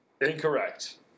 Incorrect